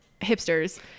hipsters